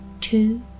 two